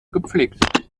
gepflegt